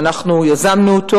פרויקט שאנחנו יזמנו אותו.